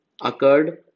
occurred